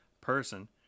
person